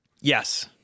Yes